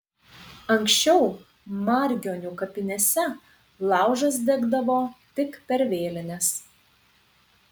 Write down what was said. anksčiau margionių kapinėse laužas degdavo tik per vėlines